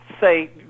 say